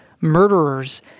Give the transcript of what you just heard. murderers